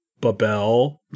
Babel